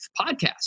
podcast